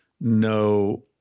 no